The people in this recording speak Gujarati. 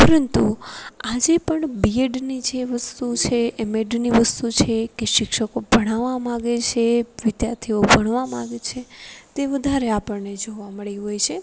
પરંતુ આજે પણ બી એડની જે વસ્તુ છે એમ એડની વસ્તુ છે કે શિક્ષકો ભણાવા માંગે છે વિધાર્થીઓ ભણવા માંગે છે તે વધારે આપણને જોવા મળ્યું હોય છે